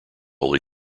holy